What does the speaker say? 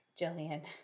Jillian